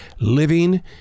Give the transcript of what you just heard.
living